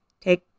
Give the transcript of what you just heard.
Take